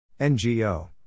NGO